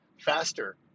faster